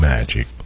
Magic